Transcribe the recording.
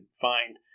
find